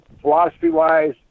philosophy-wise